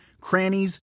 crannies